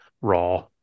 raw